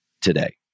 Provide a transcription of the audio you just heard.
today